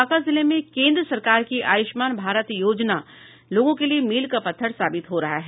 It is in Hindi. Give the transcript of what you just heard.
बांका जिले में केन्द्र सरकार की आयुष्मान भारत योजना लोगों के लिए मील का पत्थर साबित हो रहा है